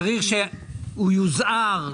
צריך שהוא יוזהר,